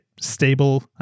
stable